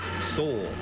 soul